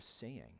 seeing